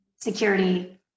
security